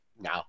No